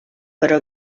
però